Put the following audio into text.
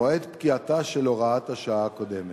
מועד פקיעתה של הוראת השעה הקודמת.